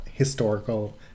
Historical